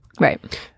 Right